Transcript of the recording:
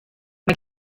mae